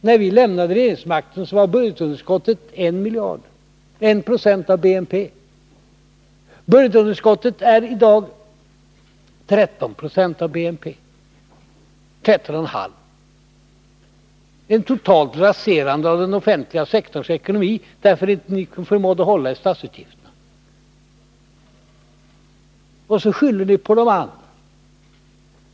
När vi lämnade regeringsmakten var budgetunderskottet 1 miljard, eller 190 av BNP. I dag är budgetunderskottet 13,5 26 av BNP. Den offentliga sektorns ekonomi raserades totalt, därför att ni inte förmådde hålla i statsutgifterna. Och så skyller ni på de andra.